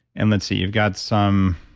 and let's see. you've got some